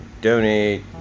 donate